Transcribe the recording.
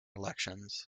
elections